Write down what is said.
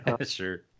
Sure